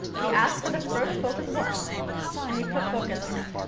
we ask for the first focusable element and we put focus on it.